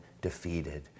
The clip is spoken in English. defeated